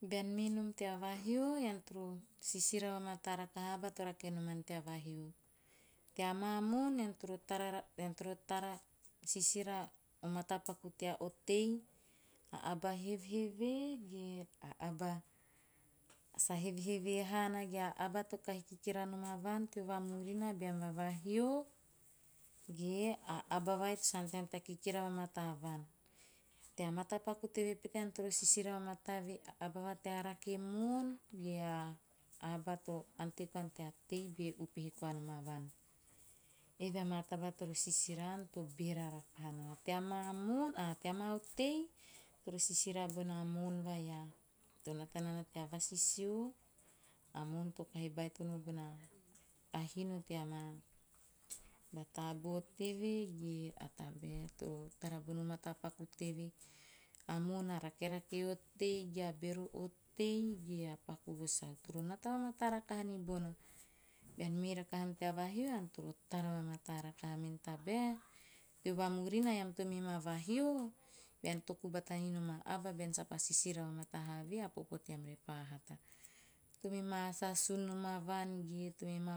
Bean mei nom tea vahio ean toro sisira vamata rakoha a aba to rake nomaan tea vahio. Tea ma moon ean toro tara ean toro tara sisira o mata paku tea otei, aba a hevhevee ge a aba sa hevhevee naana, a aba to kahi kikira nom vaan teo vamuri na beam ma vahio ge a aba to sa ante haana tea kikira vamata van. Tea mata paku teve ean toro sisira vamata eve a aba va tea rake moon ge a aba to ante koa tei be upehe koa nom van. Eve ama taba to ante koa tei be upehe oa nom van. Eve ama taba toro sisira an to bera rakaha nana. A ma moon a tea ma otei toro sisira bona moon va to nata tea vasisio a moon to kahi baitono a hino tea ma taboo teve ge a tabae to tara bata o mata paku teve. A moon a rakerake otei ge bero otei ge paku vosau. Toro nata vamata rakaha ni bona. Bean me rakaha nom tea vahio ean toro tara vamata rakaha eh tabae teo vamurina ean tome ma vahio bean toku bata ni nom a aba bbean sa pa sisira va mataa ha vee a popo team repa hata. Tome ma as asun nom a vaan ge tome ma